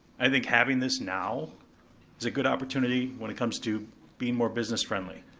i think having this now is a good opportunity when it comes to being more business friendly.